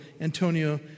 Antonio